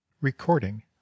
Recording